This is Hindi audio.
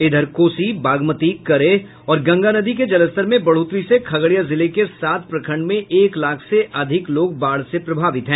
इधर कोसी बागमती करेह और गंगा नदी के जलस्तर में बढ़ोतरी से खगड़िया जिले के सात प्रखंड में एक लाख से अधिक लोग बाढ़ से प्रभावित हैं